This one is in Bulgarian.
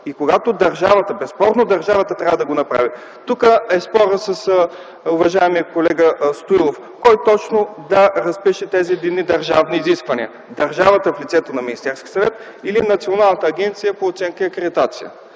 за научно израстване. Безспорно държавата трябва да го направи. Тук е спорът с уважаемия колега Стоилов: кой точно да разпише тези единни държавни изисквания – държавата, в лицето на Министерския съвет, или Националната агенция за оценяване и акредитация.